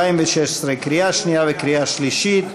התשע"ז 2016, קריאה שנייה וקריאה שלישית.